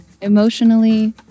emotionally